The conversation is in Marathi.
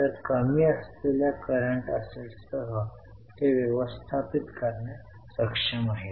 तर कमी असलेल्या करंट असेट्स सह ते व्यवस्थापित करण्यास सक्षम आहेत